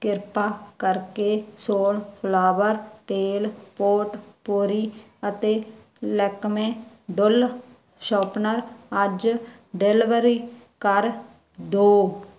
ਕਿਰਪਾ ਕਰਕੇ ਸੋਲਫਲਾਵਰ ਤੇਲ ਪੋਟਪੋਰੀ ਅਤੇ ਲੈਕਮੇ ਡੁੱਲ ਸ਼ੌਪਨਰ ਅੱਜ ਡਲੀਵਰੀ ਕਰਦੋ